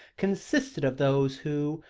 consisted of those who,